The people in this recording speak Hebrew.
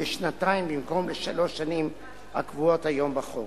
לשנתיים במקום לשלוש שנים הקבועות היום בחוק.